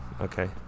Okay